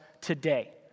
today